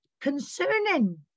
Concerning